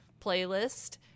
playlist